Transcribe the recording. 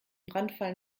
brandfall